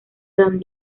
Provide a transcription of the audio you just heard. san